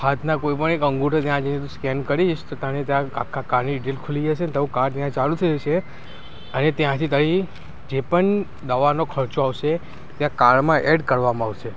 હાથના કોઈપણ એક અંગૂઠો ત્યાં જઈને તું સ્કેન કરીશ તો તેને ત્યાં આખા કાડની ડિટેલ ખૂલી જશે અને તારું કાર્ડ ત્યાં ચાલુ થઈ જશે અને ત્યાંથી તારી જે પણ દવાનો ખર્ચો આવશે ત્યાં કાર્ડમાં એડ કરવામાં આવશે